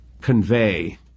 convey